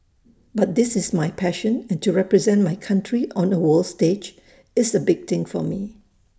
but this is my passion and to represent my country on A world stage is A big thing for me